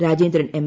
Rajendran M